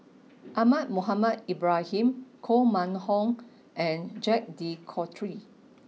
Ahmad Mohamed Ibrahim Koh Mun Hong and Jacques de Coutre